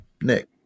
Nick